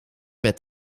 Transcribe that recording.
bed